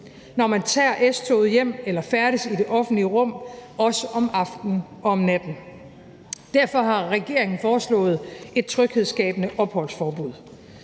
når man tager S-toget hjem eller færdes i det offentlige rum, også om aftenen og om natten. Derfor har regeringen foreslået et tryghedsskabende opholdsforbud.